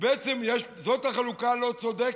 ובעצם זאת החלוקה הלא-צודקת.